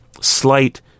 slight